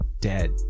dead